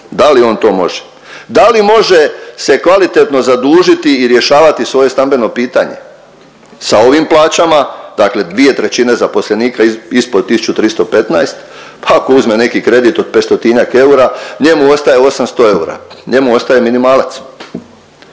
Da li on to može? Da li može se kvalitetno zadužiti i rješavati svoje stambeno pitanje? Sa ovim plaćama, dakle 2/3 zaposlenika ispod 1.315 pa ako uzme neki kredit od 500-tinjak eura, njemu ostaje 800 eura. Njemu ostaje minimalac.